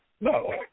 No